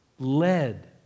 Led